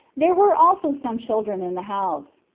there were also some children in the house.